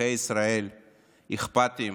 אזרחי ישראל אכפתיים,